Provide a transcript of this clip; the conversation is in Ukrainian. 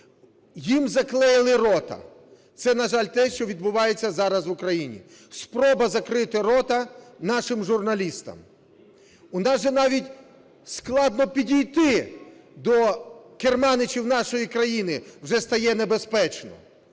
Їм заклеїли рота. Це, на жаль, те, що відбувається зараз в Україні, – спроба закрити рота нашим журналістам. У нас вже навіть складно підійти до керманичів нашої країни, вже стає небезпечно.